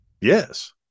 Yes